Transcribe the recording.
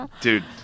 Dude